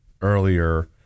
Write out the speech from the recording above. earlier